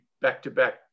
back-to-back